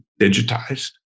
digitized